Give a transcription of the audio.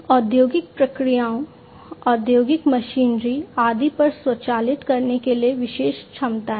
औद्योगिक प्रक्रियाओं औद्योगिक मशीनरी आदि पर स्वचालित करने के लिए विशेष क्षमताएं